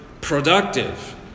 productive